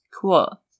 Cool